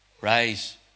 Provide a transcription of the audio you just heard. Rise